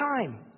time